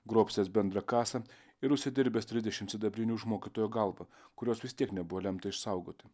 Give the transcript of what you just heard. grobstęs bendrą kasą ir užsidirbęs trisdešimt sidabrinių už mokytojo galvą kurios vis tiek nebuvo lemta išsaugoti